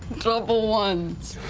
double ones.